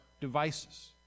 devices